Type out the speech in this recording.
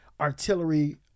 artillery